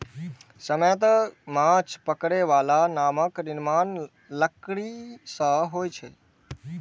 सामान्यतः माछ पकड़ै बला नावक निर्माण लकड़ी सं होइ छै